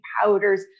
powders